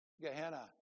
Gehenna